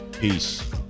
Peace